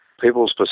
people's